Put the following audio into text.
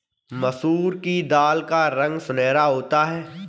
मसूर की दाल का रंग सुनहरा होता है